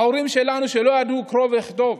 ההורים שלנו לא ידעו קרוא וכתוב,